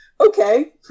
okay